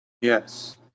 Yes